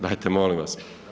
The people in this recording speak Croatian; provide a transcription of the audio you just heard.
Dajte molim vas.